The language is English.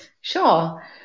Sure